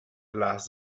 las